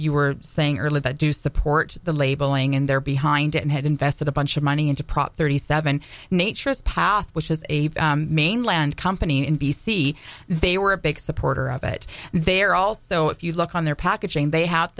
you were saying earlier that do support the labeling and they're behind it had invested a bunch of money into prop thirty seven nature's path which is a mainland company in b c they were a big supporter of it there also if you look on their packaging they have